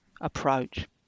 approach